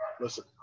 Listen